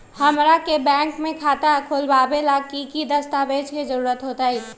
हमरा के बैंक में खाता खोलबाबे ला की की दस्तावेज के जरूरत होतई?